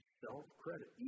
self-credit